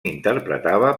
interpretava